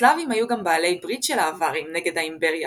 הסלאבים היו גם בעלי ברית של האווארים נגד האימפריה